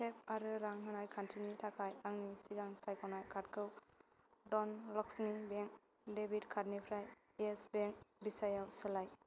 tape आरो रां होनाय खान्थिनि थाखाय आंनि सिगां सायख'नाय कार्डखौ धनलक्षमि बेंक डेबिट कार्डनिफ्राय येस बेंक भिजायाव सोलाय